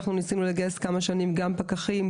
אנחנו ניסינו לגייס כמה שנים גם פקחים,